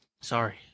Sorry